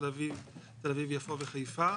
תל אביב-יפו וחיפה,